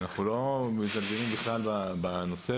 אנחנו לא --- בכלל בנושא,